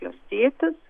jos tėtis